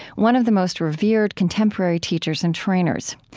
one of the most revered contemporary teachers and trainers.